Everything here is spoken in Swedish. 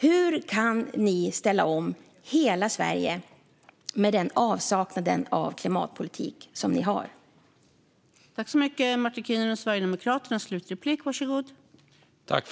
Hur kan ni ställa om hela Sverige med den avsaknad av klimatpolitik som ni har, Martin Kinnunen?